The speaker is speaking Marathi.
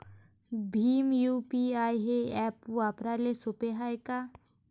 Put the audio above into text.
भीम यू.पी.आय हे ॲप वापराले सोपे हाय का?